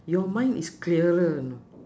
your mind is clearer you know